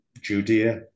Judea